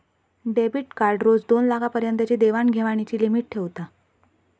debit card रोज दोनलाखा पर्यंतची देवाण घेवाणीची लिमिट ठेवता